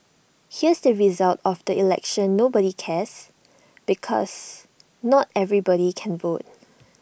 here's the result of the election nobody cares because not everybody can vote